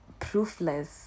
proofless